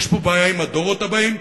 יש פה בעיה עם הדורות הבאים,